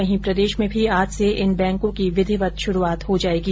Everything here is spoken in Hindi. वहीं प्रदेश में भी आज से इन बैंकों की विधिवत शुरूआत हो जाएगी